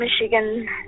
Michigan